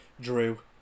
drew